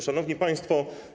Szanowni Państwo!